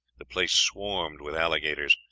the place swarmed with alligators,